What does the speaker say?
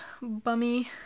bummy